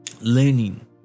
learning